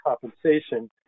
compensation